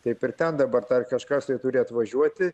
taip ir ten dabar dar kažkas tai turi atvažiuoti